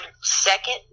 second